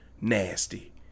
nasty